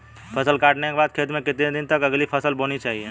फसल काटने के बाद खेत में कितने दिन बाद अगली फसल बोनी चाहिये?